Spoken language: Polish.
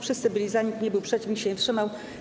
Wszyscy byli za, nikt nie był przeciw, nikt się nie wstrzymał.